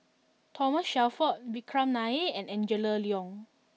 Thomas Shelford Vikram Nair and Angela Liong